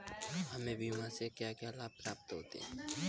हमें बीमा से क्या क्या लाभ प्राप्त होते हैं?